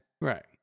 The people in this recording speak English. Right